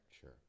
Sure